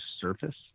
surface